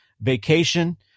vacation